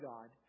God